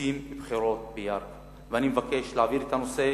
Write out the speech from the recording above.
רוצים בחירות בירכא, ואני מבקש להעביר את הנושא